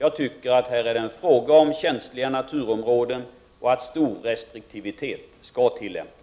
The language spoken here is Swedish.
Det är här fråga om känsliga naturområden, och jag tycker att stor restriktivitet skall tillämpas.